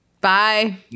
Bye